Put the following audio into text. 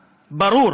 ברור,